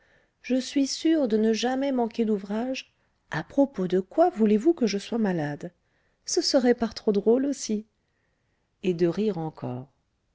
je suis sûre de ne jamais manquer d'ouvrage à propos de quoi voulez-vous que je sois malade ce serait par trop drôle aussi et de rire encore